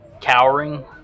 Cowering